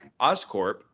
Oscorp